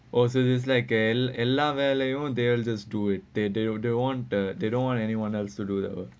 oh so there's like a a எல்லாம் வேலையும்:ellaam velaiyum they'll just do it they they they don't want eh they don't want anyone else to do it